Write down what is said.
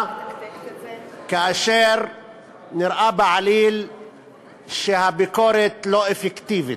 כאשר נראה בעליל שהביקורת לא אפקטיבית.